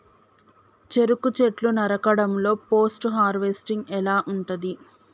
చెరుకు చెట్లు నరకడం లో పోస్ట్ హార్వెస్టింగ్ ఎలా ఉంటది?